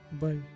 Bye